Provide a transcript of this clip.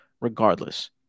regardless